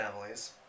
families